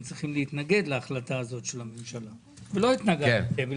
צריכים להתנגד להחלטה של הממשלה ולא התנגדתם.